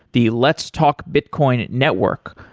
the let's talk bitcoin network,